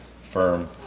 firm